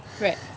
Right